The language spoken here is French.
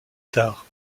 tard